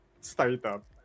startup